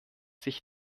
sich